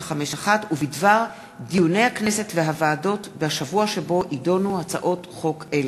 ובדבר דיוני הכנסת והוועדות בשבוע שבו יידונו הצעות חוק אלה.